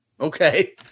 Okay